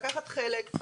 לקחת חלק,